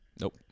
Nope